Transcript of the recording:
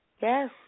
Yes